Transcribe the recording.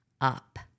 up